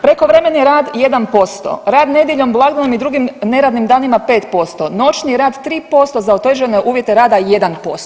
Prekovremeni rad 1%, rad nedjeljom, blagdanom i drugim neradnim danima 5%, noćni rad 3%, za otežane uvjete rada 1%